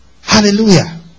Hallelujah